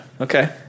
okay